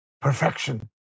Perfection